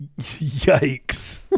Yikes